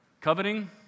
Coveting